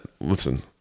listen